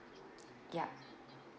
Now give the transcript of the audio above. yup